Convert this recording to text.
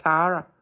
Tara